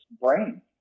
brain